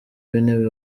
w’intebe